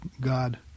God